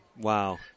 Wow